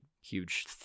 huge